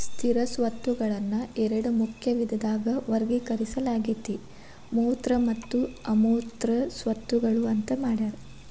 ಸ್ಥಿರ ಸ್ವತ್ತುಗಳನ್ನ ಎರಡ ಮುಖ್ಯ ವಿಧದಾಗ ವರ್ಗೇಕರಿಸಲಾಗೇತಿ ಮೂರ್ತ ಮತ್ತು ಅಮೂರ್ತ ಸ್ವತ್ತುಗಳು ಅಂತ್ ಮಾಡ್ಯಾರ